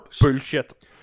bullshit